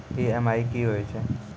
EMI कि होय छै?